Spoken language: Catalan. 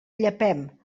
llepem